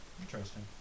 Interesting